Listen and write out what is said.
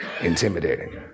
intimidating